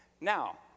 now